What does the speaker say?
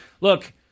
look